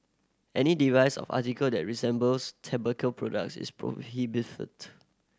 any device or article that resembles tobacco products is prohibited